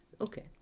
okay